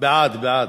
מעמדו,